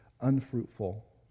unfruitful